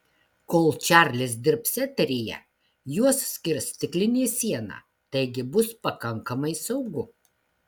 kol čarlis dirbs eteryje juos skirs stiklinė siena taigi bus pakankamai saugu